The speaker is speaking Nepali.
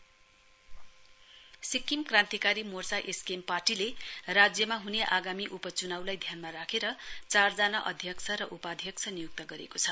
एसकेएम सिक्किम क्रान्तिकारी मोर्चा एसकेएम पार्टीले राज्यमा हुने आगामी उपचुनाउलाई ध्यानमा राखेर चारजना अध्यक्ष र उपाध्यक्ष नियुक्त गरेको छ